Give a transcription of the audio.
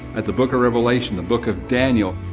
at the book of revelation, the book of daniel.